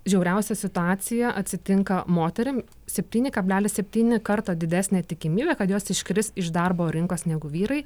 žiauriausia situacija atsitinka moterim septyni kablelis septyni karto didesnė tikimybė kad jos iškris iš darbo rinkos negu vyrai